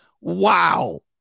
Wow